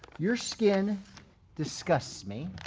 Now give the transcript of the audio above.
your skin disgusts me.